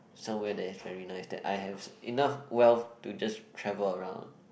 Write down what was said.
somewhere there is very nice that I have enough wealth to just travel around